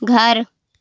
घर